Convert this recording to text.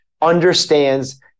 understands